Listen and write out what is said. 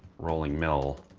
rolling mill